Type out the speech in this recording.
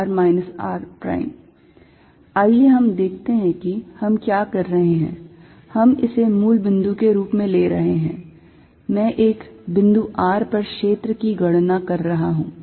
Fq4π0dVr r3ρrr r आइए हम देखते हैं कि हम क्या कर रहे हैं हम इसे मूल बिंदु के रूप में ले रहे हैं मैं एक बिंदु r पर क्षेत्र की गणना कर रहा हूं